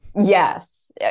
Yes